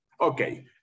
Okay